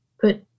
put